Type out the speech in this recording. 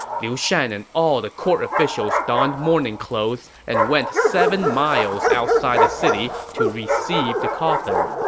liu shan and all the court officials donned mourning clothes and went seven miles outside the city to receive the coffin.